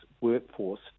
workforce